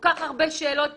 כל כך הרבה שאלות